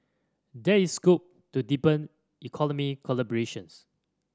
there is scope to deepen economic collaborations